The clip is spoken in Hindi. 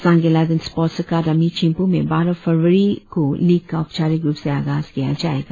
सांगे लाहदेन स्पोर्ट्स अकादमी चिंपू में बारह फरवरी को लीग का औपचारिक रुप से आगाज किया जायेगा